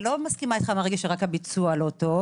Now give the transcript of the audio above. לא מסכימה שרק הביצוע לא טוב.